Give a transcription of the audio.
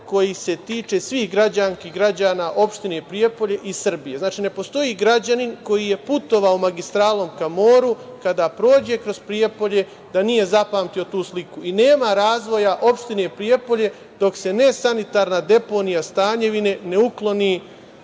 koji se tiče svih građanki i građana opštine Prijepolje i Srbije. Znači, ne postoji građanin koji je putovao magistralom ka moru, kada prođe kroz Prijepolje da nije zapamtio tu sliku. Nema razvoja opštine Prijepolje dok se nesanitarna deponija Stanjevine ne ukloni